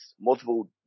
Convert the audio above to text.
multiple